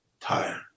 tired